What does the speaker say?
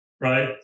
right